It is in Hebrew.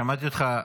שמעתי אותך,